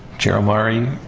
chair omari,